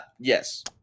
Yes